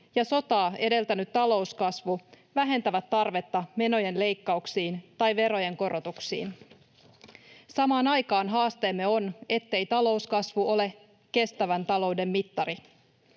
ja sotaa edeltänyt talouskasvu vähentävät tarvetta menojen leikkauksiin tai verojen korotuksiin. Samaan aikaan haasteemme on, ettei talouskasvu ole kestävän talouden mittari.